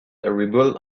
rebuilt